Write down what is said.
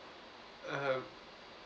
uh